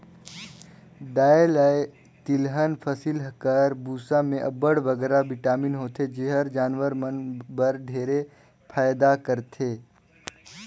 दाएल अए तिलहन फसिल कर बूसा में अब्बड़ बगरा बिटामिन होथे जेहर जानवर मन बर ढेरे फएदा करथे